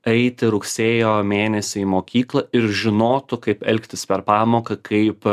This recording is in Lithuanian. eiti rugsėjo mėnesį į mokyklą ir žinotų kaip elgtis per pamoką kaip